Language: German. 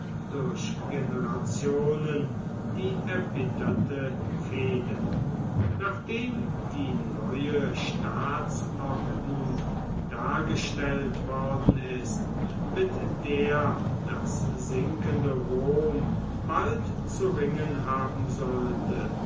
durch generationen die erbitterte fehde nachdem die neue staatsordnung dargestellt worden ist mit der das sinkende rom bald zu ringen haben sollte